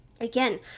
Again